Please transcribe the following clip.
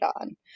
on